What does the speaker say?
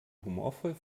humorvoll